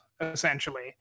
essentially